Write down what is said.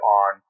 on